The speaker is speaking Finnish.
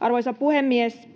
Arvoisa puhemies!